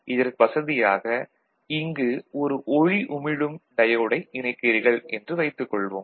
இதற்கு வசதியாக இங்கு ஒரு ஒளி உமிழும் டயோடை இணைக்கிறீர்கள் என்று வைத்துக் கொள்வோம்